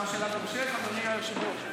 אפשר שאלת המשך, אדוני היושב-ראש?